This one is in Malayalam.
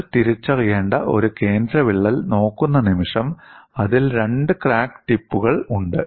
നിങ്ങൾ തിരിച്ചറിയേണ്ട ഒരു കേന്ദ്ര വിള്ളൽ നോക്കുന്ന നിമിഷം അതിൽ രണ്ട് ക്രാക്ക് ടിപ്പുകൾ ഉണ്ട്